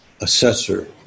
assessor